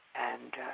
and